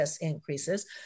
increases